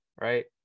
right